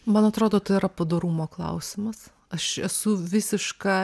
man atrodo tai yra padorumo klausimas aš esu visiška